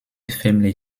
family